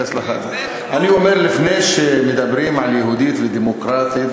אני אומר: לפני שמדברים על "יהודית ודמוקרטית",